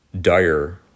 dire